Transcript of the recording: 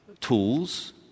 tools